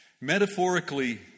Metaphorically